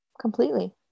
completely